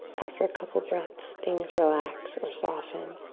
after a couple breaths, things relax or soften.